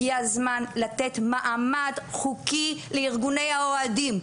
הגיע הזמן לתת מעמד חוקי לארגוני האוהדים.